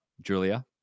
Julia